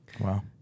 Wow